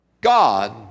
God